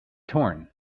torn